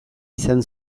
izan